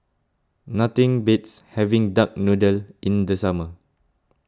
nothing beats having Duck Noodle in the summer